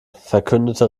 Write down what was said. verkündete